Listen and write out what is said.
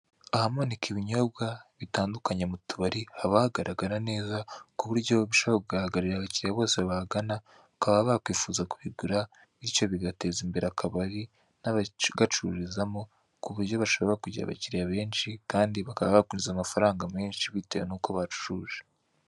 Ahamanika ibinyobwa bitandukanye mu tubari haba hagaragara neza kuburyo bishobora kugaragarira abakiriya Bose bahagana bakaba bakifuza ku bigura bityo bigateza imbere akabari n'abagacururizamo kuburyo bashobora kugira abakiriya benshi Kandi bakaba bakinjiza amafaranga menshi bitewe nuko bacuruze.